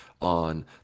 on